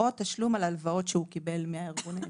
או תשלום על הלוואות שהוא קיבל מהארגון.